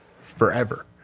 forever